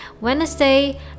Wednesday